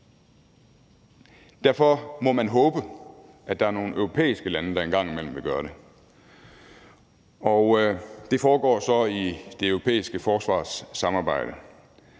Derfor må man håbe, at der er nogle europæiske lande, der en gang imellem vil gøre det. Og det foregår så i det europæiske forsvarssamarbejde.